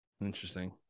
Interesting